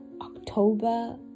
October